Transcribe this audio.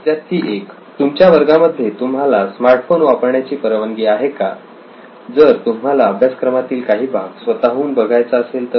विद्यार्थी 1 तुमच्या वर्गातमध्ये तुम्हाला स्मार्टफोन वापरण्याची परवानगी आहे का जर तुम्हाला अभ्यासक्रमातील काही भाग स्वतःहून बघायचा असेल तर